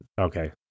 okay